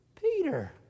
Peter